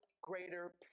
greater